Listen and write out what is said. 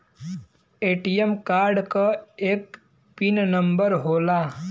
ATM card क एक pin number होला